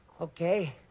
Okay